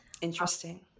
Interesting